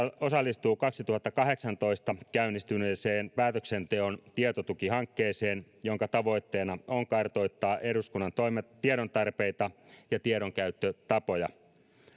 osallistuu vuonna kaksituhattakahdeksantoista käynnistyneeseen päätöksenteon tietotuki hankkeeseen minkä tavoitteena on kartoittaa eduskunnan tiedontarpeita ja tiedonkäyttötapoja